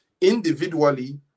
Individually